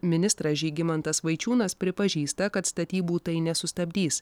ministras žygimantas vaičiūnas pripažįsta kad statybų tai nesustabdys